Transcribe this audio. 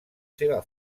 seva